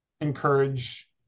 encourage